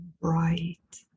bright